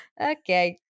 Okay